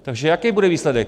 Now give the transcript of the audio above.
Takže jaký bude výsledek?